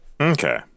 Okay